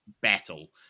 battle